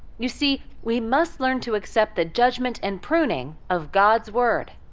you see, we must learn to accept the judgment and pruning of god's word.